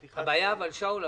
פתיחת --- שאול,